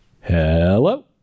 Hello